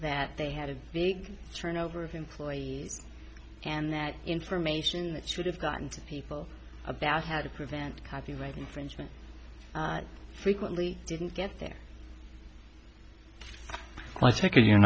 that they had a big turnover of employees and that information that should have gotten to people about how to prevent copyright infringement frequently didn't get their point taken you're